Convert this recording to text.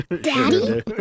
Daddy